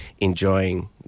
enjoying